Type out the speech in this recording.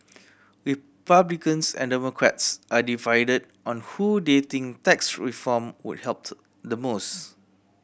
Republicans and Democrats are divided on who they think tax reform would helped the most